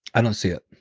i don't see it.